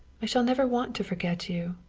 i shall never want to forget you.